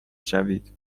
شوید